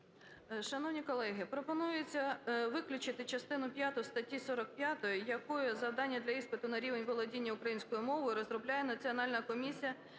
Шановні колеги, пропонується виключити частину п'яту статті 45, якою завдання для іспиту на рівень володіння українською мовою розробляє Національна комісія